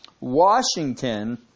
Washington